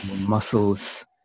muscles